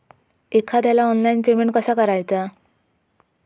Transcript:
एखाद्याला online payment कसा करायचा?